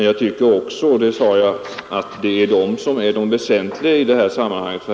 Jag nämnde emellertid att jag anser att de förstnämnda problemen är de väsentligaste i detta sammanhang.